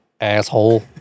asshole